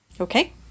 Okay